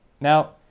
Now